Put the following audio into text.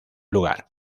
lugar